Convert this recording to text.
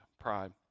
pride